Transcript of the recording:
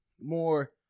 more